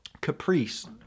caprice